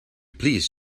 please